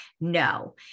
No